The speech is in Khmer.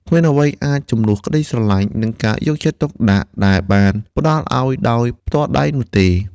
គ្មានអ្វីអាចជំនួសក្តីស្រឡាញ់ និងការយកចិត្តទុកដាក់ដែលបានផ្តល់ឲ្យដោយផ្ទាល់ដៃនោះឡើយ។